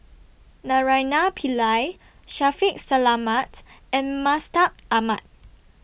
Naraina Pillai Shaffiq Selamat and Mustaq Ahmad